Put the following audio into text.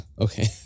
Okay